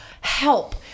Help